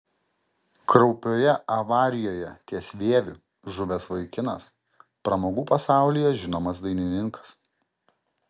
kraupioje avarijoje ties vieviu žuvęs vaikinas pramogų pasaulyje žinomas dainininkas